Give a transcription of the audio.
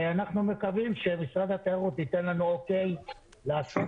ואנחנו מקווים שמשרד התיירות ייתן לנו אוקיי לעשות